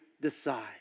decide